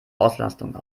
auslastung